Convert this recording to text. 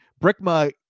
brickma